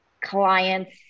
clients